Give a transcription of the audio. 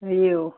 تھَیُو